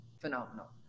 phenomenal